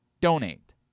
donate